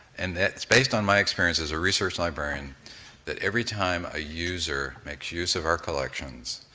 and that's based on my experience as a research librarian that every time a user makes use of our collections,